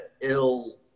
ill